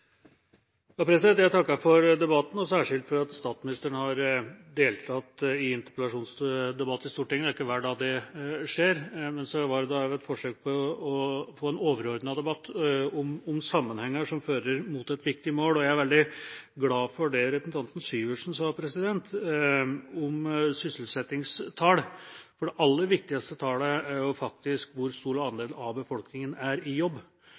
Jeg takker for debatten og særskilt for at statsministeren har deltatt i interpellasjonsdebatt i Stortinget. Det er ikke hver dag det skjer. Men så var det også et forsøk på å få en overordnet debatt om sammenhenger som fører mot et viktig mål. Jeg er veldig glad for det representanten Syvertsen sa om sysselsettingstall. For det aller viktigste tallet er faktisk hvor stor andel av befolkningen som er i jobb.